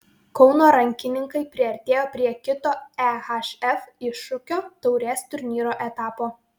kauno rankininkai priartėjo prie kito ehf iššūkio taurės turnyro etapo